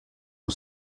uno